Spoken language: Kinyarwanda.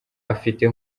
afite